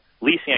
leasing